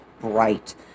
bright